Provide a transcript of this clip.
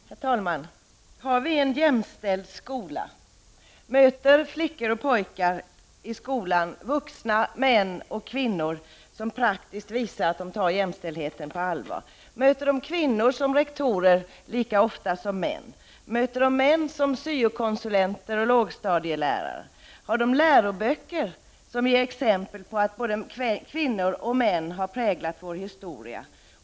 Herr talman! Har vi en jämställd skola? Möter flickor och pojkar i skolan vuxna män och kvinnor som praktiskt visar att de tar jämställdheten på allvar? Möter de kvinnor som rektorer lika ofta som män? Möter de män som syokonsulenter och lågstadielärare? Har eleverna läroböcker som ger exempel på att både kvinnor och män har präglat vår historia?